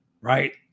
right